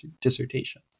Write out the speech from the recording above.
dissertation